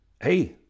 hey